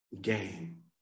Game